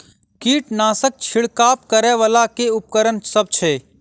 कीटनासक छिरकाब करै वला केँ उपकरण सब छै?